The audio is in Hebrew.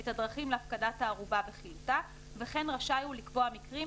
את הדרכים להפקדת הערובה וחילוטה וכן רשאי הוא לקבוע מקרים,